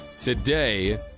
today